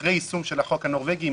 אחרי יישום של החוק הנורווגי,